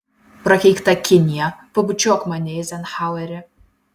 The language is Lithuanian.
prakeikta kinija pabučiuok mane eizenhaueri